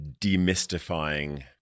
demystifying